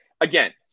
again